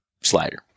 slider